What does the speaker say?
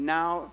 now